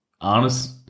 honest